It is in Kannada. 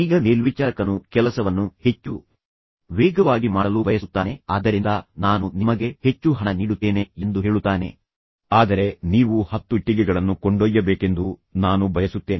ಈಗ ಮೇಲ್ವಿಚಾರಕನು ಕೆಲಸವನ್ನು ಹೆಚ್ಚು ವೇಗವಾಗಿ ಮಾಡಲು ಬಯಸುತ್ತಾನೆ ಆದ್ದರಿಂದ ನಾನು ನಿಮಗೆ ಹೆಚ್ಚು ಹಣ ನೀಡುತ್ತೇನೆ ಎಂದು ಹೇಳುತ್ತಾನೆ ಆದರೆ ನೀವು ಹತ್ತುಇಟ್ಟಿಗೆಗಳನ್ನು ಕೊಂಡೊಯ್ಯಬೇಕೆಂದು ನಾನು ಬಯಸುತ್ತೇನೆ